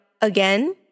again